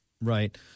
Right